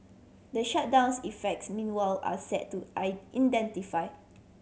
the shutdown's effects meanwhile are set to I intensify